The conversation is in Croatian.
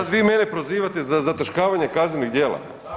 Sad vi mene prozivate za zataškavanje kaznenih dijela?